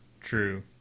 True